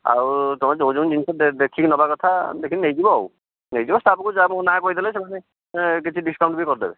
ଆଉ ତୁମେ ଯେଉଁ ଯେଉଁ ଜିନିଷ ଦେଖିକି ନେବା କଥା ଦେଖିକି ନେଇଯିବ ଆଉ ନେଇଯିବ ଷ୍ଟାଫ୍ଙ୍କୁ ଯାହା ମୋ ନାଁ କହିଦେଲେ ସେମାନେ ସବୁ କିଛି ଡିସକାଉଣ୍ଟ ବି କରିଦେବେ